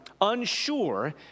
unsure